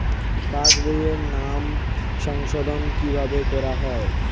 পাশ বইয়ে নাম সংশোধন কিভাবে করা হয়?